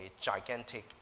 gigantic